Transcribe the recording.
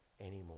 anymore